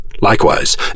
Likewise